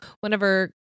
whenever